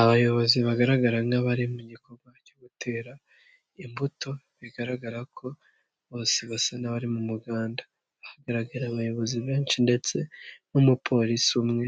Abayobozi bagaragara nk'abari mu gikorwa cyo gutera imbuto bigaragara ko bose basa n'abari mu muganda, haragaraga abayobozi benshi ndetse n'umupolisi umwe